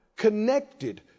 connected